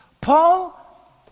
Paul